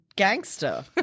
Gangster